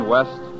West